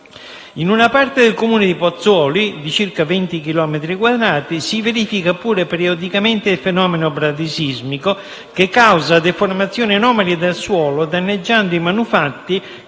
In una parte del Comune di Pozzuoli, di circa venti chilometri quadrati, si verifica pure periodicamente il fenomeno bradisismico, che causa deformazioni anomale del suolo danneggiando i manufatti che non